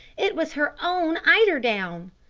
it was her own eiderdown!